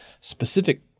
specific